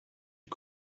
you